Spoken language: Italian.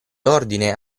ordine